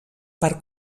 per